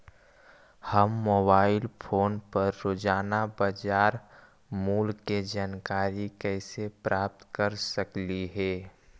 हम mobile phone पर रोजाना बाजार मूल्य के जानकारी कैसे प्राप्त कर सकली हे?